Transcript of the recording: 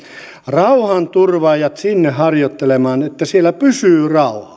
rauhanturvaajat sinne harjoittelemaan että siellä pysyy rauha